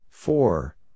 Four